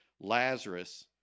Lazarus